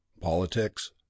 politics